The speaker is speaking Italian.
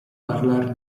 parlar